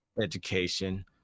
education